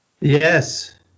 Yes